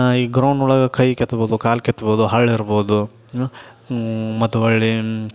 ಈ ಗ್ರೌಂಡ್ ಒಳಗೆ ಕೈ ಕೆತ್ಬೋದು ಕಾಲು ಕೆತ್ಬೋದು ಹರ್ಳು ಇರ್ಬೋದು ಹಾಂ ಮತ್ತು ಹೊರ್ಳಿ